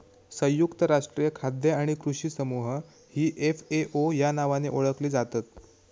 संयुक्त राष्ट्रीय खाद्य आणि कृषी समूह ही एफ.ए.ओ या नावाने ओळखली जातत